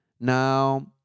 Now